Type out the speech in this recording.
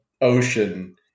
ocean